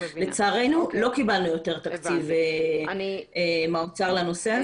לצערנו לא קבלנו יותר תקציב מהאוצר לנושא.